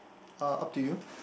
uh up to you